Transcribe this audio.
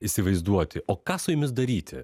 įsivaizduoti o ką su jomis daryti